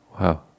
Wow